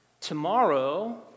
tomorrow